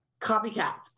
copycats